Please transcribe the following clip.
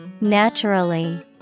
Naturally